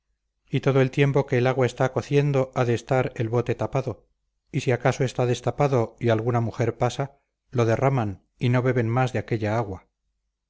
y todo el tiempo que el agua está cociendo ha de estar el bote tapado y si acaso está destapado y alguna mujer pasa lo derraman y no beben más de aquella agua